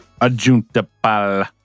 Ajuntapal